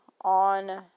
on